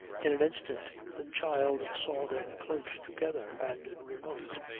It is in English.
in an instant the child saw them close together and remote,